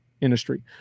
industry